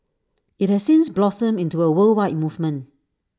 IT has since blossomed into A worldwide movement